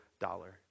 dollar